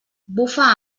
bufa